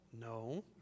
no